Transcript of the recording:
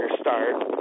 start